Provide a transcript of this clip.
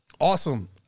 Awesome